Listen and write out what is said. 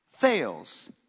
fails